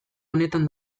honetan